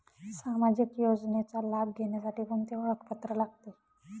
सामाजिक योजनेचा लाभ घेण्यासाठी कोणते ओळखपत्र लागते?